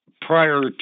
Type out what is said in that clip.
Prior